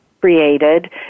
created